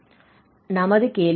நமது கேள்வி x−π இல் இருந்தது ஆகும்